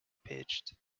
pitched